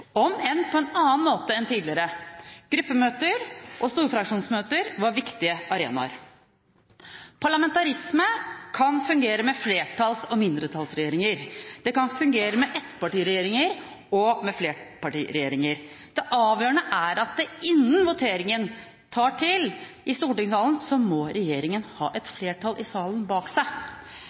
om enn på en annen måte enn tidligere. Gruppemøter og storfraksjonsmøter var viktige arenaer. Parlamentarisme kan fungere med flertalls- og mindretallsregjeringer. Det kan fungere med ettpartiregjeringer og med flerpartiregjeringer. Det avgjørende er at regjeringen, innen voteringen tar til i stortingssalen, må ha et flertall i salen bak seg.